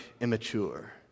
immature